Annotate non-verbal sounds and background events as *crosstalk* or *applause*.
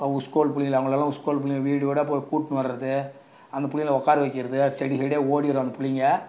அவங்க ஸ்கூல் பிள்ளைங்கள அவங்கள *unintelligible* ஸ்கூல் பிள்ளைங்கள வீடு வீடாக போய் கூட்டுன்னு வரது அந்த பிள்ளைங்கள உக்கார வைக்கிறது அது செட்டு செட்டாக ஓடிடும் அந்த பிள்ளைங்க